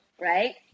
right